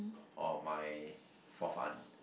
or my fourth aunt